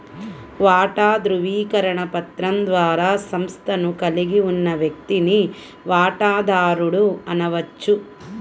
వాటా ధృవీకరణ పత్రం ద్వారా సంస్థను కలిగి ఉన్న వ్యక్తిని వాటాదారుడు అనవచ్చు